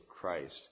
Christ